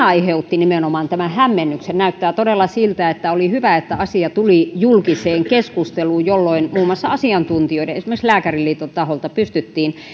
aiheutti tämän hämmennyksen näyttää todella siltä että oli hyvä että asia tuli julkiseen keskusteluun jolloin muun muassa asiantuntijoiden esimerkiksi lääkäriliiton taholta pystyttiin